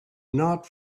not